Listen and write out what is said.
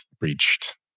reached